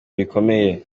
bikomeye